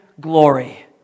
glory